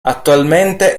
attualmente